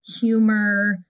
humor